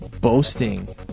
boasting